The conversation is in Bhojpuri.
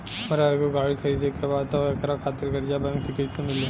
हमरा एगो गाड़ी खरीदे के बा त एकरा खातिर कर्जा बैंक से कईसे मिली?